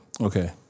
Okay